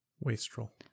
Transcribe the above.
Wastrel